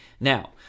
Now